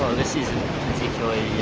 this isn't particularly